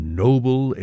noble